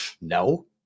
No